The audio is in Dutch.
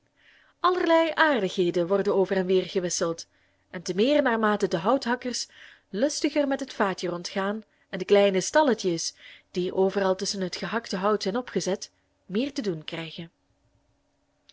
allerlei aardigheden worden over en weer gewisseld en te meer naarmate de houthakkers lustiger met het vaatje rondgaan en de kleine stalletjes die overal tusschen het gehakte hout zijn opgezet meer te doen krijgen